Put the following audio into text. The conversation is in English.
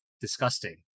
disgusting